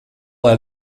lai